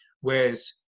whereas